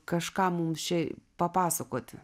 kažką mums čia papasakoti